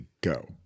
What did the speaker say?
go